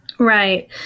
Right